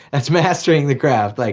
that's mastering the craft. like